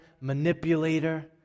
manipulator